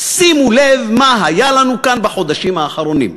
שימו לב מה היה לנו כאן בחודשים האחרונים: